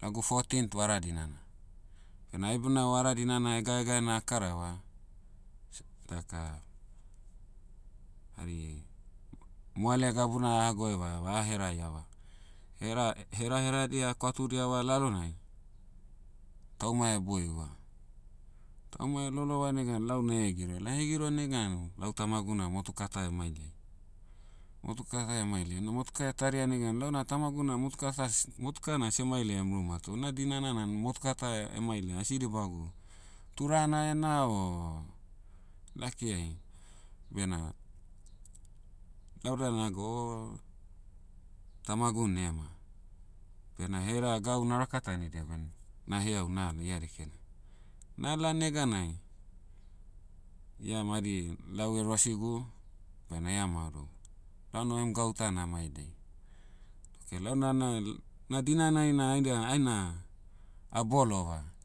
lagu fourteenth vara dinana. Bena ai buna vara dinana hegaegaena a'karava, s- daka, hari, moale gabuna aha goevaeava aheraiava, hera- heraheradia akwatudiava lalonai, tauma boiva. Tauma lolova negan lau na hegiro. Na hegiro negana, lau tamagu na motuka ta mailaia. Motuka ta mailaia. Una motuka taria negan lau na tamagu na motuka tas- motuka na seh mailaiam ruma toh una dinana nan motuka ta mailaia. Asi dibagu, turana ena o, lakiai, bena, lauda naga o, tamagu nema. Bena hera gau na'rakatanidia ben, na'heau nala ia dekena. Nala neganai, ia madi lau rosigu, bena e'hamaorogu, launa oiem gauta na'mailai. Okay launa na- na dinanai na aindia- aina, ah bolova.